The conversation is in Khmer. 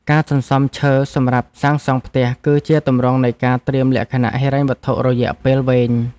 ការសន្សំឈើសម្រាប់សាងសង់ផ្ទះ គឺជាទម្រង់នៃការត្រៀមលក្ខណៈហិរញ្ញវត្ថុរយៈពេលវែង។